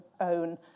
own